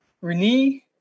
renee